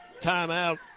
timeout